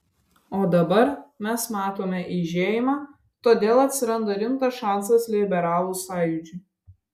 o dabar mes matome eižėjimą todėl atsiranda rimtas šansas liberalų sąjūdžiui